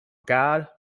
god